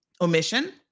omission